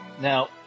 Now